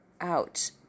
out